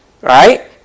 Right